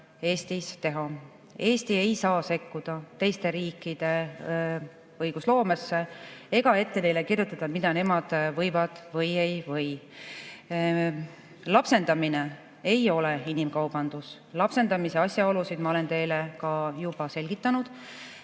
Eestis ei luba. Eesti ei saa sekkuda teiste riikide õigusloomesse ega neile ette kirjutada, mida nemad võivad või ei või. Lapsendamine ei ole inimkaubandus. Lapsendamise asjaolusid ma olen teile ka juba selgitanud.